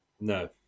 No